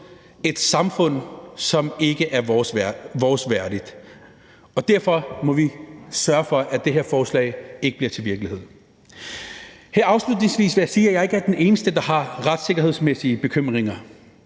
et samfund, som ikke er os værdigt. Derfor må vi sørge for, at det her forslag ikke bliver til virkelighed. Her afslutningsvis vil jeg sige, at jeg ikke er den eneste, der har retssikkerhedsmæssige bekymringer.